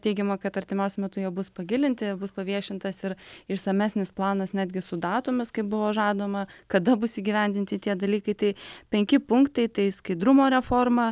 teigiama kad artimiausiu metu jie bus pagilinti bus paviešintas ir išsamesnis planas netgi su datomis kaip buvo žadama kada bus įgyvendinti tie dalykai tai penki punktai tai skaidrumo reforma